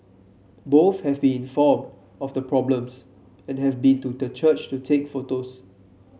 both have been informed of the problems and have been to the church to take photos